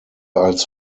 als